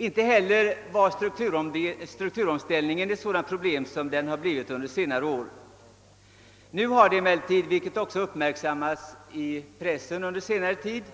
Inte heller var strukturomvandlingen det stora problem som den har blivit under senare år. Som inrikesministern har nämnt — det har också uppmärksammats i pressen — har emellertid